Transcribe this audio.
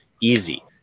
easy